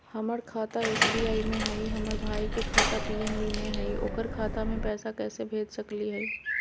हमर खाता एस.बी.आई में हई, हमर भाई के खाता पी.एन.बी में हई, ओकर खाता में पैसा कैसे भेज सकली हई?